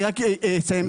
רק אסיים.